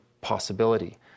possibility